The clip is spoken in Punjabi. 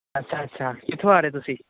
ਅੱਛਾ ਅੱਛਾ ਕਿੱਥੋਂ ਆ ਰਹੇ ਤੁਸੀਂ